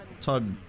Todd